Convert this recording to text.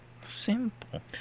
Simple